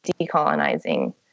decolonizing